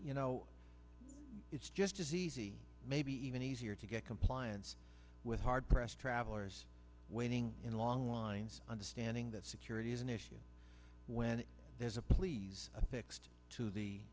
you know it's just as easy maybe even easier to get compliance with hard pressed travelers waiting in long lines understanding that security is an issue when there's a please a fixed to the